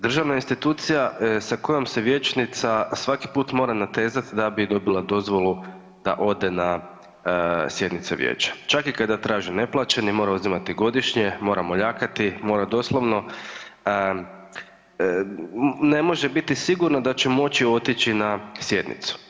Državna institucija sa kojom se vijećnica svaki put mora natezati da bi dobila dozvolu da ode na sjednice vijeća, čak i kada traži neplaćeni mora uzimati godišnji, mora moljakati, mora doslovno ne može biti sigurna da će moći otići na sjednicu.